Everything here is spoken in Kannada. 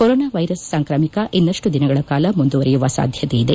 ಕೊರೊನಾ ವೈರಸ್ ಸಾಂಕ್ರಾಮಿಕ ಇನ್ನಷ್ಟು ದಿನಗಳ ಕಾಲ ಮುಂದುವರೆಯುವ ಸಾಧ್ಯತೆ ಇದೆ